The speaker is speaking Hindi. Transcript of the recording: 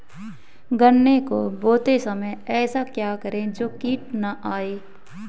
गन्ने को बोते समय ऐसा क्या करें जो कीट न आयें?